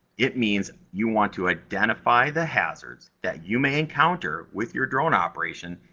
it means you want to identify the hazards that you may encounter with your drone operation,